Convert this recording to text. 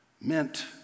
meant